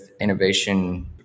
innovation